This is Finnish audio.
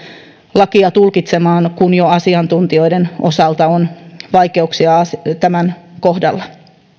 lakia tulkitsemaan kun jo asiantuntijoiden osalta on vaikeuksia tämän kohdalla